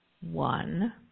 one